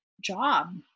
job